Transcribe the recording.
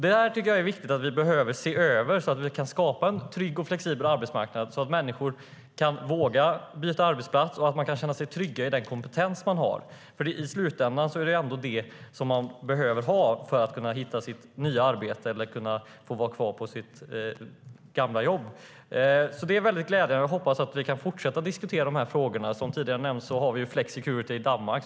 Det är viktigt att se över dem så att vi kan skapa en trygg och flexibel arbetsmarknad så att människor vågar byta arbetsplats och kan känna sig trygga med den kompetens de har. I slutändan är det vad som behövs för att hitta ett nytt arbete eller få vara kvar på sitt gamla jobb. Statsrådets svar är glädjande, och jag hoppas att vi kan fortsätta att diskutera frågorna. Som nämndes tidigare finns flexicurity i Danmark.